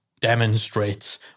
demonstrates